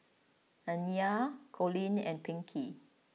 Aniya Collin and Pinkey